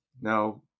Now